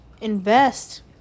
Invest